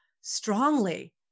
strongly